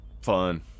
fun